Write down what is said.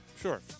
Sure